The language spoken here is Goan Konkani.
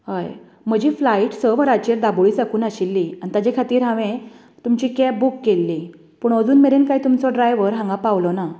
हय म्हजी फ्लायट स वरांचेर दाबोळी साकून आशिल्ली आनी ताचे खातीर हांवे तुमची कॅब बूक केल्ली पूण अजून मेरेन कांय तुमचो ड्रायवर हांगा पावलो ना